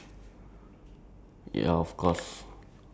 uh uh what what the rest of my life